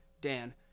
Dan